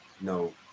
no